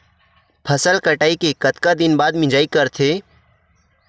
फसल कटाई के कतका दिन बाद मिजाई करथे?